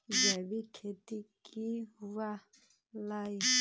जैविक खेती की हुआ लाई?